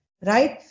right